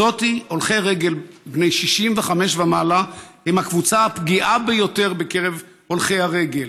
על כך שהולכי רגל בני 65 ומעלה הם הקבוצה הפגיעה ביותר בקרב הולכי הרגל.